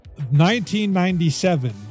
1997